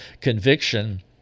conviction